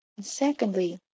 Secondly